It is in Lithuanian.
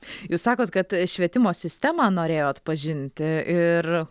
jūs sakot kad švietimo sistemą norėjot pažinti ir